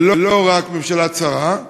לא רק ממשלה צרה,